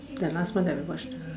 the last one that we watch the